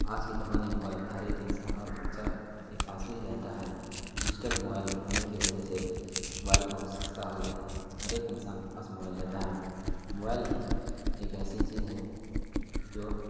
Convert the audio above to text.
آج کے زمانے میں موائل ہر ایک انسان اور بچہ کے پاس بھی رہتا ہے ڈیجیٹل موائل ہونے کے وجہ سے موائل بہت سستا ہو گیا ہے ہر ایک انسان کے پاس موائل رہتا ہے موائل ہی ایک ایسی چیز ہے جو